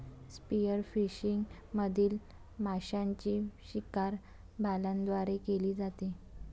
spearfishing मधील माशांची शिकार भाल्यांद्वारे केली जाते